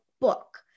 book